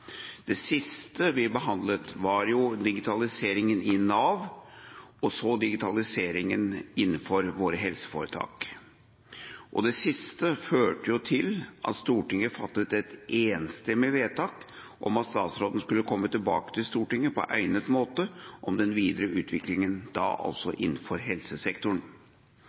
De siste vi behandlet, var digitaliseringen i Nav, og så digitaliseringen innenfor våre helseforetak. Det siste førte til at Stortinget fattet et enstemmig vedtak om at statsråden skulle komme tilbake til Stortinget på egnet måte om den videre utviklingen innenfor helsesektoren.